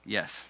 Yes